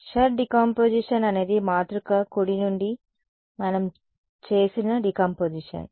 Schur decomposition అనేది మాతృక కుడి నుండి మనం చేసిన డికంపొజిషన్